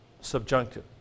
subjunctive